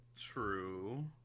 True